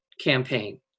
campaign